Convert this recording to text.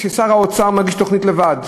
ששר האוצר מגיש תוכנית לבד,